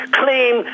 claim